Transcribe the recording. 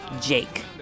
Jake